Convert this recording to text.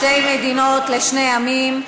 שתי מדינות לשני עמים,